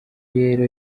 rero